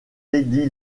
lady